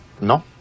No